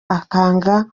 akanga